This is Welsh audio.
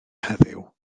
heddiw